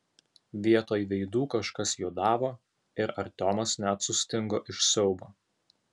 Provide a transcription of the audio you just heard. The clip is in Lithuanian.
vietoj veidų kažkas juodavo ir artiomas net sustingo iš siaubo